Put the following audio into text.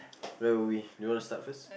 where were we do you want to start first